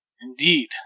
Indeed